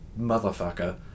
motherfucker